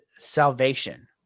Salvation